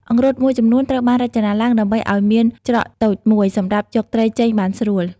អង្រុត មួយចំនួនត្រូវបានរចនាឡើងដើម្បីឲ្យមានច្រកតូចមួយ សម្រាប់យកត្រីចេញបានស្រួល។